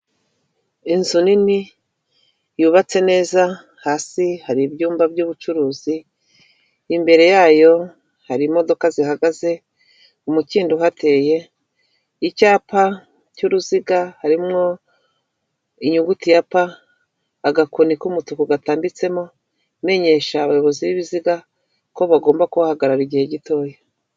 inzu nini yubatse neza hasi hari ibyumba by'ubucuruzi imbere yayo hari imodoka zihagaze mu mukindo uhateye icyapa cy'uruziga harimo inyuguti ya pa agakoni k'umutuku gatambitsemo imenyesha abayobozi b'ibiziga ko bagomba guhahagarara igihe gitoya.